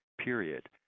period